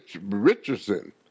Richardson